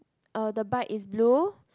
uh the bike is blue